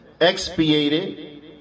Expiated